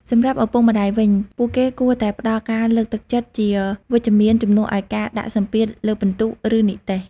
សម្រាប់ឪពុកម្ដាយវិញ ពួកគេគួរតែផ្តល់ការលើកទឹកចិត្តជាវិជ្ជមាន ជំនួសឱ្យការដាក់សម្ពាធលើពិន្ទុ ឬនិទ្ទេស។